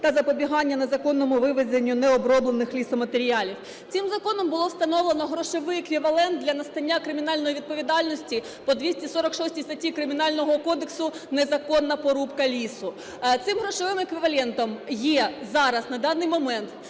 та запобігання незаконному вивезенню необроблених лісоматеріалів. Цим законом було встановлено грошовий еквівалент для настання кримінальної відповідальності по 246 статті Кримінального кодексу "Незаконна порубка лісу". Цим грошовим еквівалентом є зараз на даний момент